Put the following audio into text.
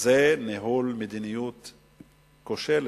זה ניהול מדיניות כושלת,